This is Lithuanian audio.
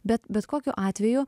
bet bet kokiu atveju